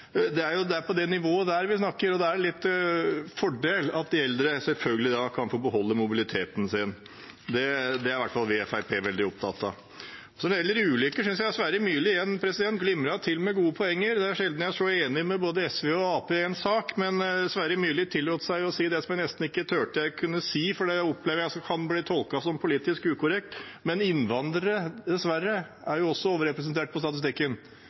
Det er det nivået vi snakker om, og da er det en fordel at de eldre selvfølgelig kan få beholde mobiliteten sin. Det er i hvert fall vi i Fremskrittspartiet veldig opptatt av. Når det gjelder ulykker, synes jeg Sverre Myrli igjen glimtet til med gode poenger. Det er sjelden jeg er så enig med både SV og Arbeiderpartiet i en sak. Sverre Myrli tillot seg å si det jeg nesten ikke turte å si, for det opplever jeg kan bli tolket som politisk ukorrekt, men innvandrere er dessverre også overrepresentert